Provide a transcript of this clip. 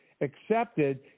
accepted